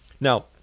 Now